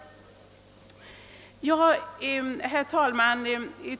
Herr talman!